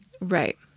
Right